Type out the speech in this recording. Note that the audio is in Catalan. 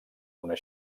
una